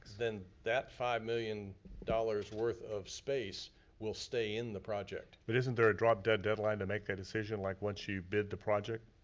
then that five million dollars worth of space will stay in the project. but isn't there a drop-dead deadline to make that ah decision, like once you bid the project?